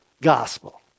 gospel